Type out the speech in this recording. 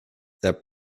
their